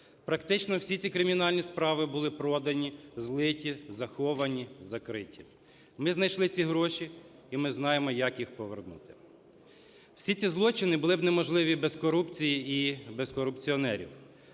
Практично всі ці кримінальні справи були продані, злиті, заховані, закриті. Ми знайшли ці гроші, і ми знаємо, як їх повернути. Всі ці злочини були б неможливі без корупції і без корупціонерів.